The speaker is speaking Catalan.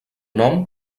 nom